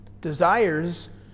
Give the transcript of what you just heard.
Desires